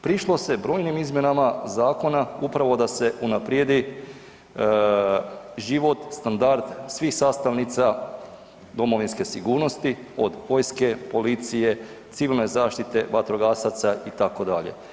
Prišlo se brojnim izmjenama zakona upravo da se unaprijedi život, standard svih sastavnica domovinske sigurnosti od vojske, policije, civilne zaštite, vatrogasaca itd.